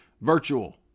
Virtual